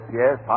yes